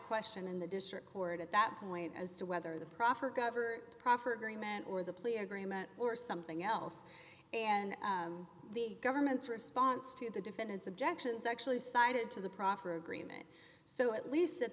question in the district court at that point as to whether the proffer covered proffer agreement or the plea agreement or something else and the government's response to the defendant's objections actually sided to the proffer agreement so at least at